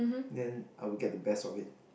then I will get the best of it